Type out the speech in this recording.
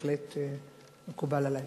בהחלט מקובל עלי.